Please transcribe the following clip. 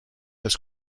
this